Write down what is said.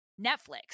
Netflix